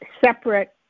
separate